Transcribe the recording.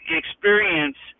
experience